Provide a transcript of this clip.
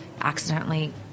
accidentally